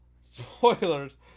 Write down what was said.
Spoilers